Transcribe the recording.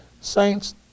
Saints